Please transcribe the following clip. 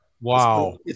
Wow